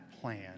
plan